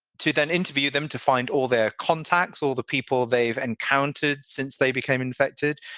to then interview them, to find all their contacts, all the people they've encountered since they became infected.